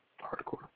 hardcore